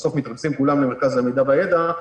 שבסוף מתרכזים כולם למרכז המידע והידע,